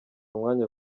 umwanya